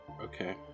okay